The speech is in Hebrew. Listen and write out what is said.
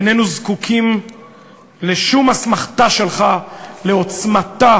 איננו זקוקים לשום אסמכתה שלך לעוצמתה